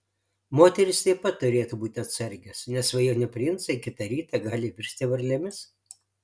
moterys taip pat turėtų būti atsargios nes svajonių princai kitą rytą gali virsti varlėmis